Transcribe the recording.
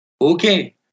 okay